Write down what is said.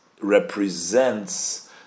represents